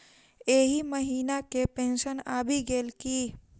एहि महीना केँ पेंशन आबि गेल की